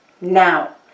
Now